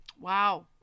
Wow